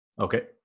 Okay